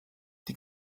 die